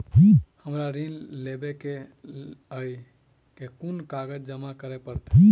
हमरा ऋण लेबै केँ अई केँ कुन कागज जमा करे पड़तै?